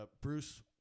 Bruce